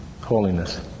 Holiness